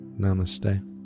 Namaste